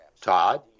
Todd